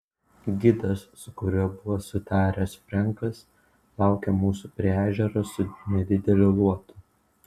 gidas su kuriuo buvo sutaręs frenkas laukė mūsų prie ežero su nedideliu luotu